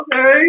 Okay